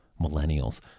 millennials